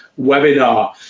webinar